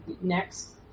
next